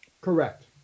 Correct